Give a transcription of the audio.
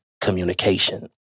communication